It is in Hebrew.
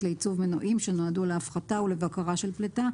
לעיצוב מנועים שנועדו להפחתה ולבקרה של פליטה,